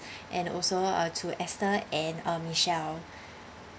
and also uh to ester and uh michelle